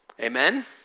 Amen